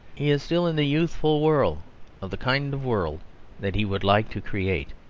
he is still in the youthful whirl of the kind of world that he would like to create.